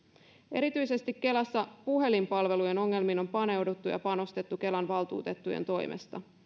erityisesti kelassa puhelinpalvelujen ongelmiin on paneuduttu ja panostettu kelan valtuutettujen toimesta